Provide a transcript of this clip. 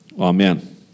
Amen